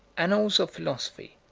annals of philosophy,